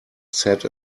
sat